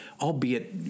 albeit